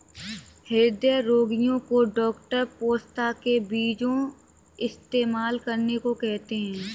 हृदय रोगीयो को डॉक्टर पोस्ता के बीजो इस्तेमाल करने को कहते है